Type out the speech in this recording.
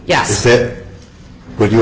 yes it would you